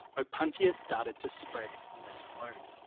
opuntia started to spread on its own.